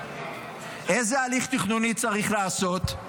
איזה הליך תכנוני צריך לעשות?